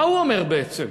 מה הוא אומר בעצם?